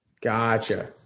Gotcha